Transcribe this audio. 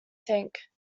think